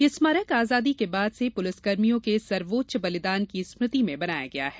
यह स्मारक आजादी के बाद से पुलिसकर्मियों के सर्वोच्च बलिदान की स्मृति में बनाया गया है